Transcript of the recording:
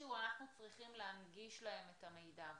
ואיפשהו אנחנו צריכים להנגיש להם את המידע.